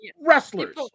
wrestlers